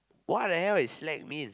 what the hell is slack mean